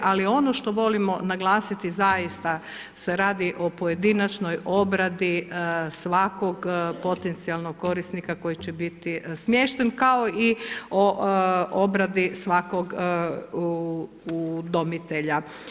Ali ono što volimo naglasiti zaista se radi o pojedinačnoj obradi svakog potencijalnog korisnika koji će biti smješten, kao i o obradi svakog udomitelja.